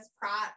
props